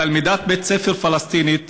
תלמידת בית ספר פלסטינית